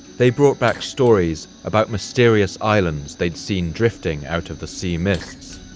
they brought back stories about mysterious islands they'd seen drifting out of the sea mists,